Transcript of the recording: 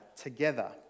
together